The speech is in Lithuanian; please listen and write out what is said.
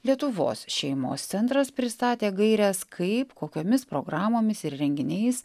lietuvos šeimos centras pristatė gaires kaip kokiomis programomis ir renginiais